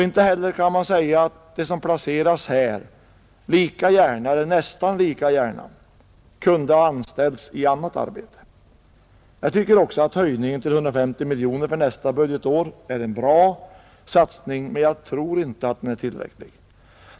Inte heller kan man säga att de som placeras här lika gärna eller nästan lika gärna kunde ha anställts i annat arbete. Jag tycker också att höjningen till 150 miljoner kronor för nästa budgetår är en bra satsning, men jag tror inte att den är tillräcklig.